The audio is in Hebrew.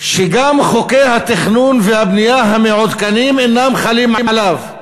שגם חוקי התכנון והבנייה המעודכנים אינם חלים עליו.